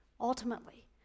Ultimately